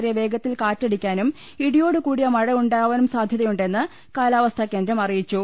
വരെ വേഗത്തിൽ കാറ്റടിക്കാനും ഇടിയോടുകൂടിയ മഴ ഉണ്ടാവാനും സാധൃതയുണ്ടെന്ന് കാലാവസ്ഥാ കേന്ദ്രം അറിയിച്ചു